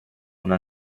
una